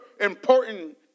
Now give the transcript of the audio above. important